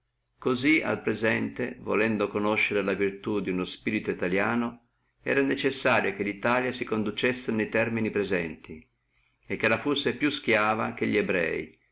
cosí al presente volendo conoscere la virtù duno spirito italiano era necessario che la italia si riducessi nel termine che ellè di presente e che la fussi più stiava che i rei